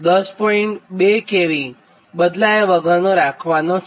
2 kV બદલાયા વગરનો રાખવાનો છે